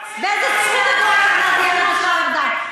באיזו זכות את דורשת להדיח את השר ארדן?